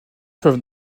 peuvent